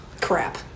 crap